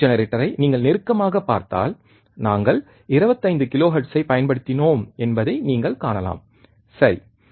அதிர்வெண் ஜெனரேட்டரை நீங்கள் நெருக்கமாகப் பார்த்தால் நாங்கள் 25 கிலோஹெர்ட்ஸைப் பயன்படுத்தினோம் என்பதை நீங்கள் காணலாம் சரி